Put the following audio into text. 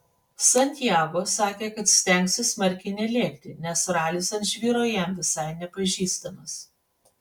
santiago sakė kad stengsis smarkiai nelėkti nes ralis ant žvyro jam visai nepažįstamas